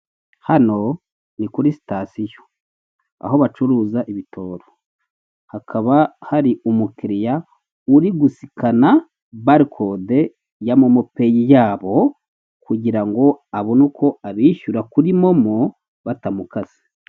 Hano nikuri stasiyo aho bacuruza ibitoro hakaba hari umukiriya uri gusikana barcode ya momo pay yabo kugira ngo abone uko abishyura kur momo batamukase.